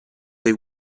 they